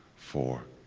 four,